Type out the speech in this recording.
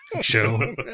show